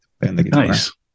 nice